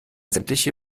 sämtliche